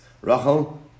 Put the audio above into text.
Rachel